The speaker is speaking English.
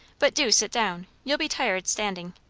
but do sit down you'll be tired standing.